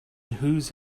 whose